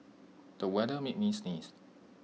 the weather made me sneeze